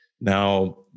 Now